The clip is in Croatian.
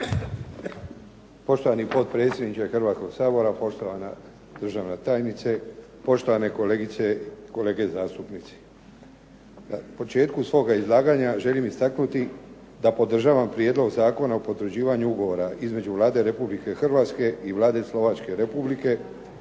početku svoga izlaganja želim istaknuti da podržavam Prijedlog Zakona o potvrđivanju ugovora između Vlade Republike Hrvatske i Vlade Republike